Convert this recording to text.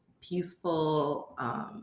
peaceful